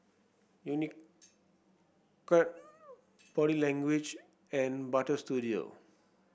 Unicurd Body Language and Butter Studio